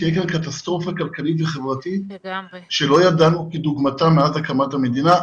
תהיה כאן קטסטרופה כלכלית וחברתית שלא ידענו כדוגמתה מאז הקמת המדינה.